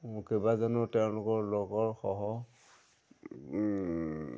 কেইবাজনো তেওঁলোকৰ লগৰ সহ